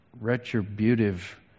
retributive